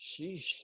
Sheesh